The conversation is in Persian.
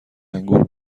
انگور